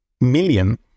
million